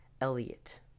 Elliot